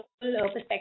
perspective